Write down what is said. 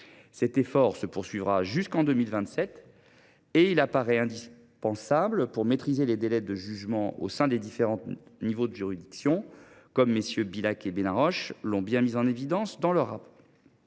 Cet effort se poursuivra jusqu’en 2027. Il apparaît indispensable pour maîtriser les délais de jugement au sein des différents niveaux de juridiction, comme MM. Bilhac et Benarroche l’ont mis en évidence dans leur rapport.